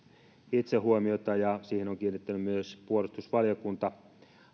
itse huomiota ja siihen on kiinnittänyt myös puolustusvaliokunta